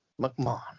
McMahon